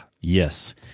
yes